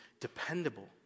dependable